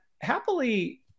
happily